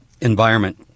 environment